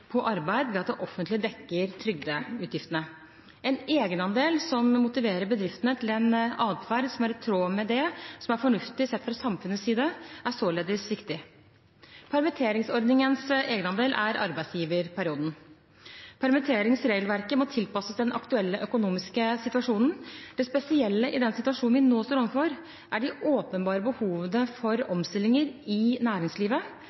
på arbeid ved at det offentlige dekker trygdeutgifter. En egenandel som motiverer bedriftene til en adferd som er i tråd med det som er fornuftig sett fra samfunnets side, er således viktig. Permitteringsordningens egenandel er arbeidsgiverperioden. Permitteringsregelverket må tilpasses den aktuelle økonomiske situasjonen. Det spesielle i den situasjonen vi nå står ovenfor, er de åpenbare behovene for omstillinger i næringslivet.